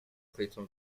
clayton